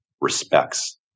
respects